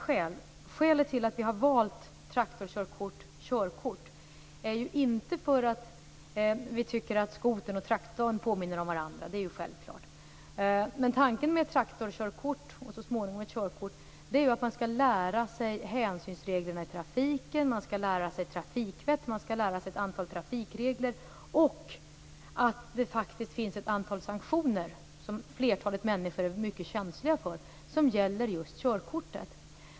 Skälet till att vi har valt traktorkörkort och körkort är inte att vi tycker att skotern och traktorn påminner om varandra. Det är självklart. Men tanken med ett traktorkörkort, och så småningom ett körkort, är att man skall lära sig hänsynsreglerna i trafiken, man skall lära sig trafikvett, man skall lära sig ett antal trafikregler och att det faktiskt finns ett antal sanktioner, som flertalet människor är mycket känsliga för och som gäller just körkortet.